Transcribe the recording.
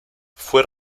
fue